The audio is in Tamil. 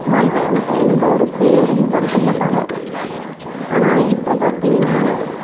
மண்ணை வந்துட்டு எந்த ஒரு சேதமும் படுத்த மாட்டாங்க ஆனால் இப்போ பார்த்தீங்ன்னா